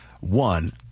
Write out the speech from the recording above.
One